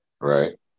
Right